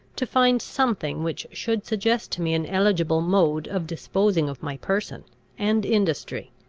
to find something which should suggest to me an eligible mode of disposing of my person and industry.